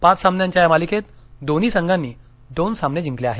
पाच सामन्यांच्या या मालिकेत दोन्ही संघांनी दोन सामने जिंकले आहेत